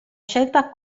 scelta